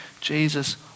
Jesus